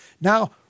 Now